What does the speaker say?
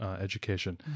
education